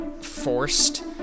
forced